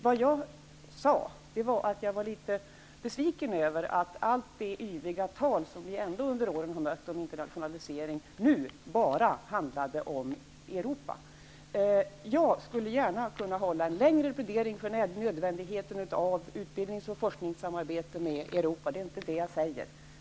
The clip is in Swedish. Vad jag sade var att jag var litet besviken över att allt det yviga tal som vi under åren har mött om internationalisering nu bara handlar om Europa. Jag skulle kunna hålla en längre plädering för nödvändigheten av utbildnings och forskningssamarbete med Europa. Det är inte det som jag talar om.